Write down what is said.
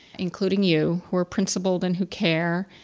including you, who are principled and who care,